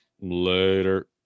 later